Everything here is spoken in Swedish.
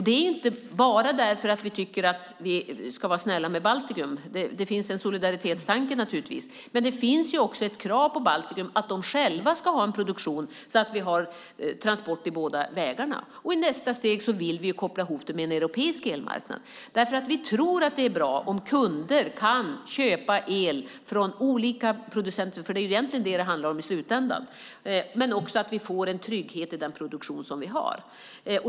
Det är inte bara för att vi tycker att vi ska vara snälla mot Baltikum - det finns en solidaritetstanke naturligtvis - utan det finns ju också ett krav på Baltikum att de själva ska ha en produktion så att vi har transport i båda vägarna. I nästa steg vill vi koppla ihop det med en europeisk elmarknad därför att vi tror att det är bra om kunder kan köpa el från olika producenter, för det är egentligen det som det handlar om i slutändan, men också för att vi får en trygghet i den produktion som vi har.